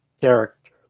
character